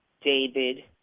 David